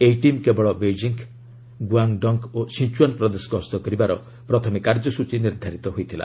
ଏହି ଟିମ୍ କେବଳ Beijing Guangdong ଓ ସିଚୁଆନ୍ ପ୍ରଦେଶ ଗସ୍ତ କରିବାର ପ୍ରଥମେ କାର୍ଯ୍ୟସ୍ଚୀ ନିର୍ଦ୍ଧାରିତ ହୋଇଥିଲା